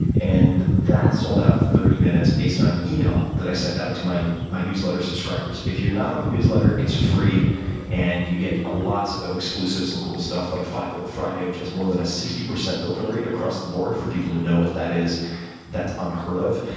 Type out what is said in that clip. and that sold out in thirty minutes based on an email that i sent out to my my newsletter subscribers. if you're not on the newsletter, it's free and you get a lots of exclusives and cool stuff like five bullet friday which is more than a sixty percent open rate across the board, for people who know what that is that's unheard of.